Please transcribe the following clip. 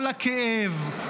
כל הכאב,